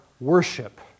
worship